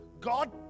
God